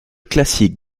classique